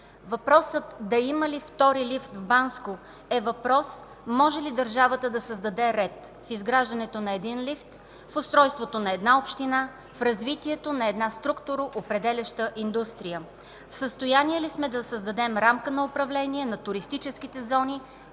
Въпросът да има ли втори лифт в Банско е: може ли държавата да създаде ред в изграждането на един лифт, в устройството на една община, в развитието на една структуроопределяща индустрия? В състояние ли сме да създадем рамка на управление на туристическите зони